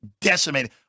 decimated